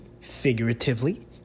figuratively